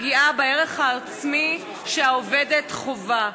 הפגיעה בערך העצמי שהעובדת חווה.